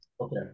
Okay